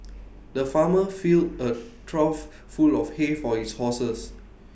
the farmer fill A trough full of hay for his horses